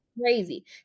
crazy